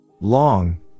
Long